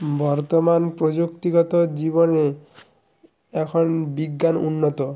বর্তমান প্রযুক্তিগত জীবনে এখন বিজ্ঞান উন্নত